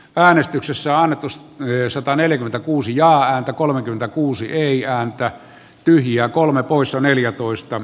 aristeyksessä arcus myös sataneljäkymmentäkuusi ja häntä kolmekymmentäkuusi ei ääntä pyhiä kolme poissa neljätoista